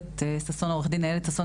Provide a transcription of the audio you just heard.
רק עו"ד איילת ששון,